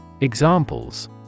Examples